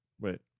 wait